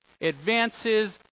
advances